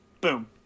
boom